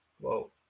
Whoa